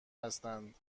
هستند